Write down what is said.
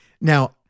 Now